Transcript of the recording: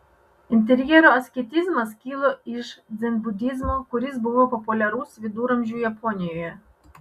interjero asketizmas kilo iš dzenbudizmo kuris buvo populiarus viduramžių japonijoje